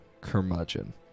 curmudgeon